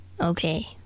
Okay